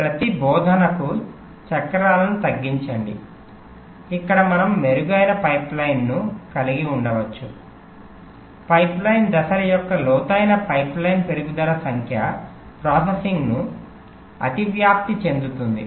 ప్రతి బోధనకు చక్రాలను తగ్గించండి ఇక్కడ మనం మెరుగైన పైప్లైన్ను కలిగి ఉండవచ్చు పైప్లైన్ దశల యొక్క లోతైన పైప్లైన్ పెరుగుదల సంఖ్య ప్రాసెసింగ్ను అతివ్యాప్తి చెందుతుంది